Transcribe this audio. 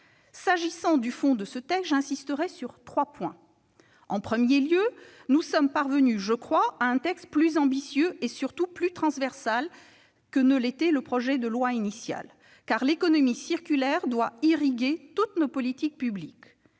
Concernant le fond du texte, j'insisterai sur trois points. En premier lieu, nous sommes parvenus, me semble-t-il, à un texte plus ambitieux, et surtout plus transversal, que le projet de loi initial : l'économie circulaire doit irriguer toutes nos politiques publiques.